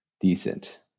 decent